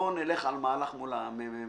בואו נלך על מהלך מול מרכז המחקר והמידע,